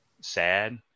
sad